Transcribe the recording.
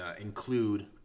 include